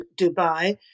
Dubai